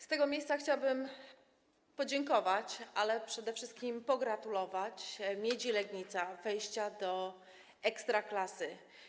Z tego miejsca chciałabym podziękować - ale przede wszystkim pogratulować - Miedzi Legnica za wejście do Ekstraklasy.